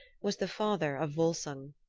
was the father of volsung.